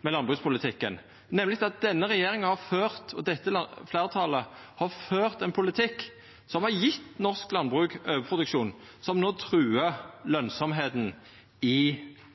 med landbrukspolitikken, nemleg at denne regjeringa og dette fleirtalet har ført ein politikk som har gjeve norsk landbruk overproduksjon, som no truar lønsemda i